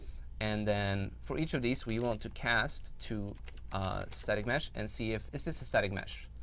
and then for each of these, we want to cast to static mesh and see if, is this a static mesh.